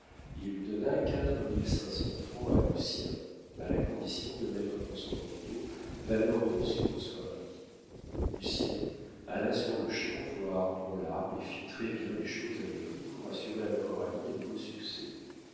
il donna quatre mille cinq cents francs à lucien à la condition de mettre dans son endos valeur reçue en soieries lucien alla sur-le-champ voir braulard et fit très-bien les choses avec lui pour assurer à coralie un beau succès